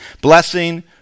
blessing